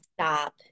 stop